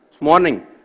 morning